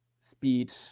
speed